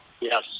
Yes